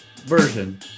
version